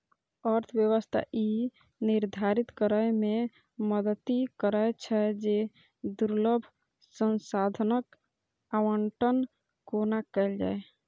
अर्थव्यवस्था ई निर्धारित करै मे मदति करै छै, जे दुर्लभ संसाधनक आवंटन कोना कैल जाए